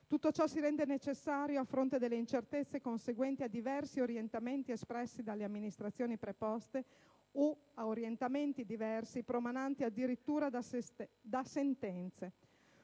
Tutto ciò si rende necessario a fronte delle incertezze conseguenti a diversi orientamenti espressi dalle amministrazioni preposte o promananti addirittura da sentenze.